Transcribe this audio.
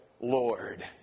Lord